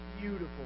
beautiful